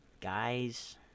guys